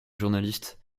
journaliste